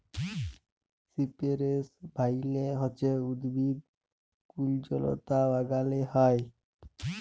সিপেরেস ভাইল হছে উদ্ভিদ কুল্জলতা বাগালে হ্যয়